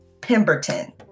Pemberton